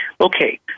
Okay